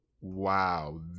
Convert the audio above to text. Wow